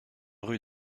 rue